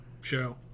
show